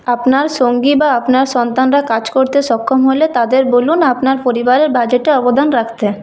আপনার সঙ্গী বা আপনার সন্তানরা কাজ করতে সক্ষম হলে তাদের বলুন আপনার পরিবারের বাজেটে অবদান রাখতে